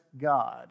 God